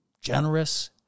generous